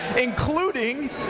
including